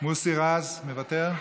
מוסי רז, מוותר,